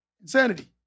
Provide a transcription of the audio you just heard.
Insanity